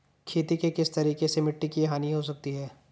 खेती के किस तरीके से मिट्टी की हानि हो सकती है?